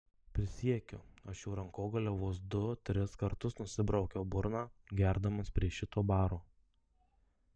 prisiekiu aš šiuo rankogaliu vos du tris kartus nusibraukiau burną gerdamas prie šito baro